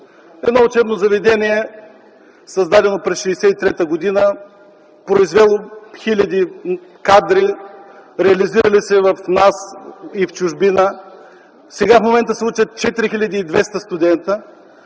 Едно учебно заведение, създадено през 1963 г., произвело хиляди кадри, реализирали се в нас и в чужбина. Сега в момента се учат 4200 студенти